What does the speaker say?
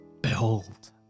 behold